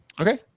Okay